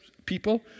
People